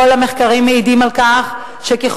כל המחקרים בעולם מעידים על כך שככל